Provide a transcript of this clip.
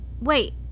Wait